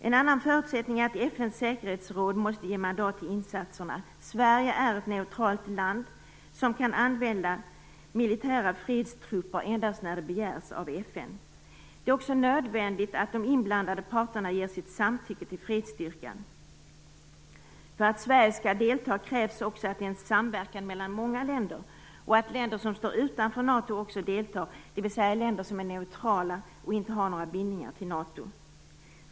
En annan förutsättning är att FN:s säkerhetsråd måste ge mandat till insatserna. Sverige är ett neutralt land som kan använda militära fredstrupper endast när det begärs av FN. Det är också nödvändigt att de inblandade parterna ger sitt samtycke till fredsstyrkan. För att Sverige skall delta krävs också att det är en samverkan mellan många länder och att länder som står utanför NATO också deltar, dvs. länder som är neutrala och inte har några bindningar till NATO.